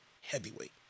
heavyweight